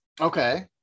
Okay